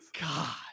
God